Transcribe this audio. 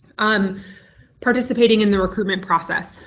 um participating in the recruitment process.